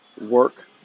work